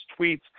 tweets